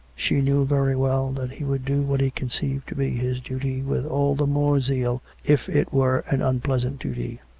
she knew very well that he would do what he conceived to be his duty with all the more zeal if it were an unpleasant duty